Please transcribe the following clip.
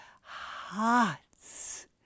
hearts